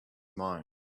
mind